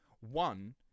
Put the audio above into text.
One